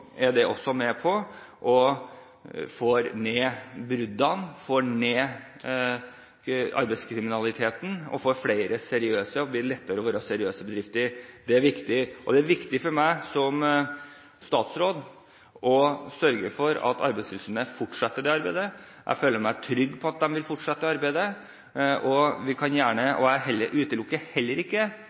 det også med på å få ned bruddene, få ned arbeidskriminaliteten, og man får flere seriøse, og det blir lettere å være seriøs bedrift. Det er viktig, og det er viktig for meg som statsråd å sørge for at Arbeidstilsynet fortsetter det arbeidet. Jeg føler meg trygg på at de vil fortsette det, og